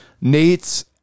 Nate's